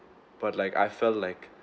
but like I felt like